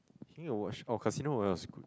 I was thinking to watch oh Casino-Royale is good